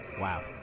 Wow